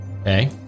Okay